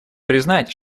признать